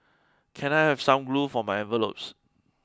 can I have some glue for my envelopes